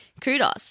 Kudos